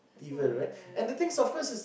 that's not very nice